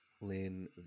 Lynn